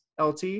LT